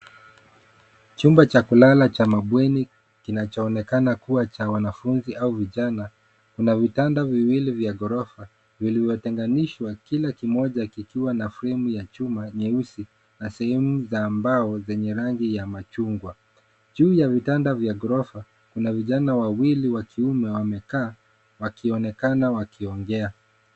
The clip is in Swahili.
Chumba cha kulala cha mabweni kinachoonekana kuwa cha wanafunzi au vijana. Kuna vitanda viwili vya ghorofa vilivyotenganishwa kila kimoja kikiwa na fremu ya chuma nyeusi, na sehemu za mbao zenye rangi ya machungwa. Juu ya vitanda vya ghorofa, kuna vijana wawili wa kiume wamekaa wakionekana wakiongea.